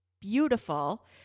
beautiful